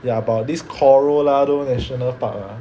ya about this Corolado national park ah